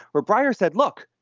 where breyer said, look,